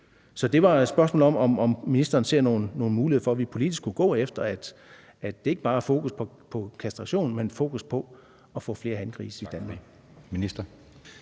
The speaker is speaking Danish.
Så det var et spørgsmål om, om ministeren ser nogle muligheder for, at vi politisk skulle gå efter, at der ikke bare er fokus på kastrationen, men også fokus på at få flere hangrise i Danmark.